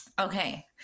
Okay